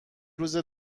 روز